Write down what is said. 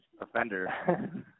Offender